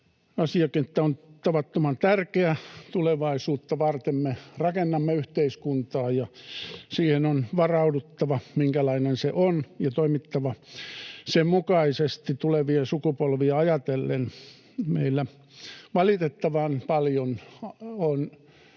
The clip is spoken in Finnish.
Asiakenttä on tavattoman tärkeä. Tulevaisuutta varten me rakennamme yhteiskuntaa, ja on varauduttava siihen, minkälainen se on, ja toimittava sen mukaisesti tulevia sukupolvia ajatellen. Me valitettavan paljon